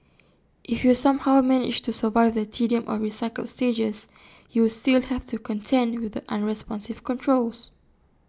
if you somehow manage to survive the tedium of recycled stages you still have to contend with the unresponsive controls